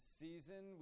season